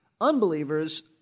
Unbelievers